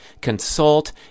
consult